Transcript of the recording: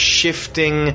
shifting